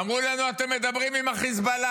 אמרו לנו: אתם מדברים עם החיזבאללה.